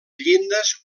llindes